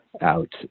out